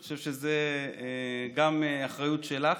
אני חושב שזו גם אחריות שלך,